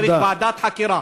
צריך ועדת חקירה.